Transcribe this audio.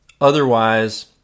Otherwise